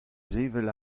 sevel